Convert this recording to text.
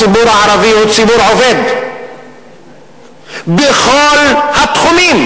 הציבור הערבי הוא ציבור עובד בכל התחומים.